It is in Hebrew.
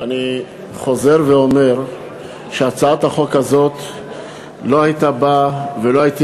אני חוזר ואומר שהצעת החוק הזאת לא הייתה באה ולא הייתי